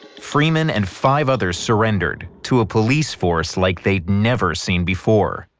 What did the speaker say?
freeman and five others surrendered to a police force like they'd never seen before.